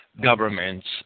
governments